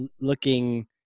looking